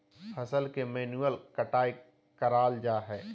फसल के मैन्युअल कटाय कराल जा हइ